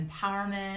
empowerment